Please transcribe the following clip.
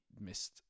missed